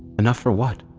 enough for what?